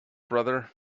brother